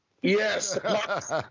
Yes